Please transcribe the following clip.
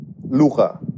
Luca